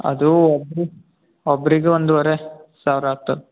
ಅದು ಒಬ್ಬರು ಒಬ್ರಿಗೆ ಒಂದುವರೆ ಸಾವಿರ ಆಗ್ತದೆ